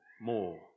more